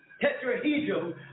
tetrahedron